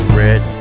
red